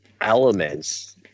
elements